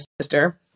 sister